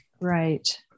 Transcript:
Right